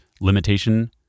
limitation